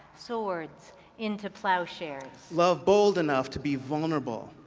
swords into ploughshares. love bold enough to be vulnerable,